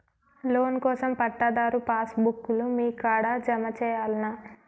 Loan కోసం పట్టాదారు passbook లు మీ కాడా జమ చేయల్నా?